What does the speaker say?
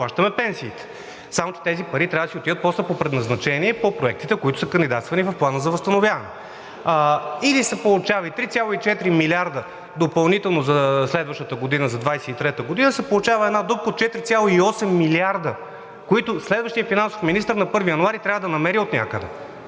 Само че тези пари трябва да си отидат после по предназначение по проектите, които са кандидатствани в Плана за възстановяване. Или се получава 3,4 милиарда допълнително за следващата година – за 2023 г., се получава една дупка от 4,8 милиарда, които следващият финансов министър на 1 януари трябва да намери отнякъде.